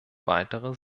weitere